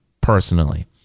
personally